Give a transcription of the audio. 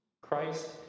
Christ